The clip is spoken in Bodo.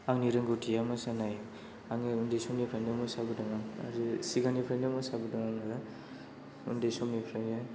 आंनि रोंगौथिया मोसानाय आङो उन्दै समनिफ्रायनो मोसाबोदों आरो सिगांनिफ्रायनो मोसाबोदों आङो उन्दै समनिफ्रायनो